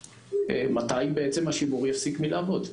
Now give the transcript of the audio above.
מתי בעצם השימור יפסיק מלעבוד,